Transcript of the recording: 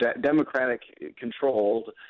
Democratic-controlled